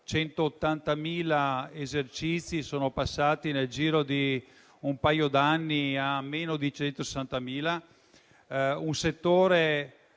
180.000 esercizi si è passati, nel giro di un paio d'anni, a meno di 160.000. Si tratta